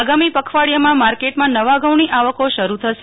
આગામી પખવાડિયામાં માર્કેટમાં નવા ધઉંની આવકો શરૂ થશે